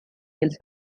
hills